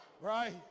Right